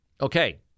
okay